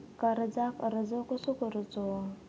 कर्जाक अर्ज कसो करूचो?